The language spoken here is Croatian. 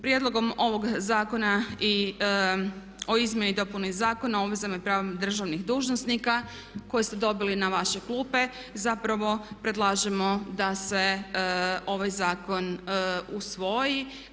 Prijedlogom ovog zakona i o izmjeni i dopuni Zakona o obvezama i pravima državnih dužnosnika koji su dobili na vaše klupe zapravo predlažemo da se ovaj zakon usvoji.